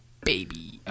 baby